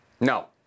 No